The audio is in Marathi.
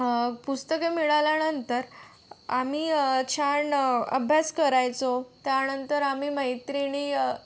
पुस्तके मिळाल्यानंतर आम्ही छान अभ्यास करायचो त्यानंतर आम्ही मैत्रिणी